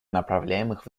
направляемых